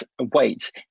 weight